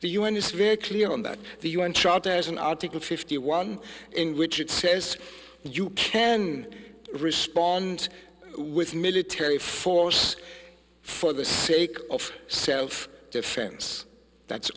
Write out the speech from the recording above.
the un is very clear on that the un charter as an article fifty one in which it says you can respond with military force for the sake of self defense that's